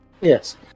Yes